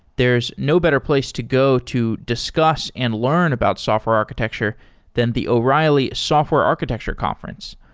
there's no better place to go to discuss and learn about software architecture than the o'reilly software architecture conference,